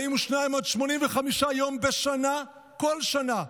42 עד 85 יום בשנה כל שנה.